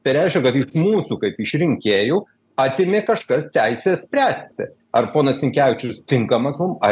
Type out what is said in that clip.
tai reiškia kad iš mūsų kaip iš rinkėjų atėmė kažkas teisę spręsti ar ponas sinkevičius tinkamas mum ar